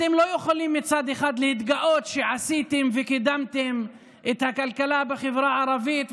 אתם לא יכולים מצד אחד להתגאות שעשיתם וקידמתם את הכלכלה בחברה הערבית,